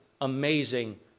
amazing